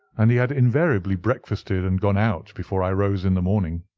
and he had invariably breakfasted and gone out before i rose in the morning.